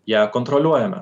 ją kontroliuojame